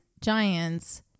giants